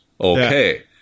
Okay